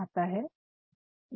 आता है